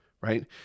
right